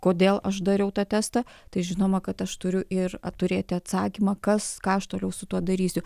kodėl aš dariau tą testą tai žinoma kad aš turiu ir turėti atsakymą kas ką aš toliau su tuo darysiu